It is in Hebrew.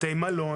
בתי מלון,